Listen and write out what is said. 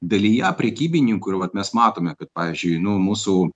dalyje prekybininkų ir vat mes matome kad pavyzdžiui nu mūsų